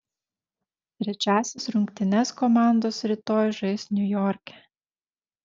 trečiąsias rungtynes komandos rytoj žais niujorke